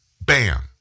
bam